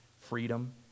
freedom